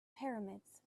pyramids